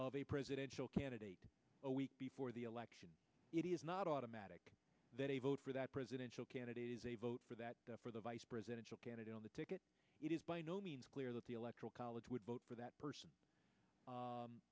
of a presidential candidate a week before the election it is not automatic that a vote for that presidential candidate is a vote for that for the vice presidential candidate on the ticket it is by no means clear that the electoral college would vote for that person